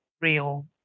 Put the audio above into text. real